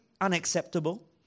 unacceptable